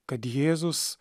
kad jėzus